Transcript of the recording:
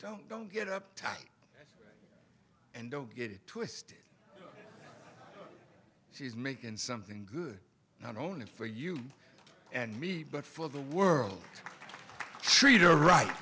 don't don't get up top and don't get it twisted she's making something good not only for you and me but for the world treat her right